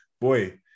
boy